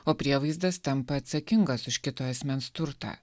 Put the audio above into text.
o prievaizdas tampa atsakingas už kito asmens turtą